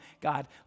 God